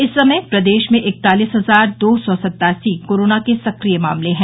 इस समय प्रदेश में इकतालिस हजार दो सौ सतासी कोरोना के सक्रिय मामले हैं